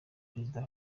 perezida